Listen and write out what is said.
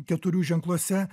keturių ženkluose